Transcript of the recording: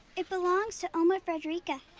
it belongs to oma fredericka.